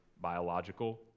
biological